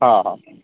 हा हा